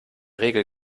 regel